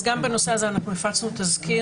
אז גם בנושא הזה אנחנו הפצנו תזכיר.